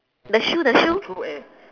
the shoe the shoe